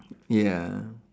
ya